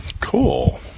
cool